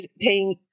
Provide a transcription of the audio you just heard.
paying